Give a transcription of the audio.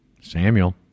Samuel